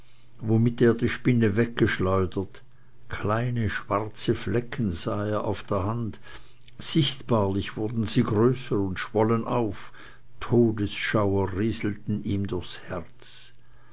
womit er die spinne weggeschleudert kleine schwarze flecken sah er auf der hand sichtbarlich wurden sie größer und schwollen auf todesschauer rieselte ihm durchs herz